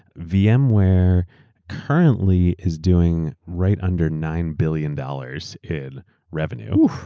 vmware currently is doing right under nine billion dollars in revenue.